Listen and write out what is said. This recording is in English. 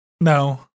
No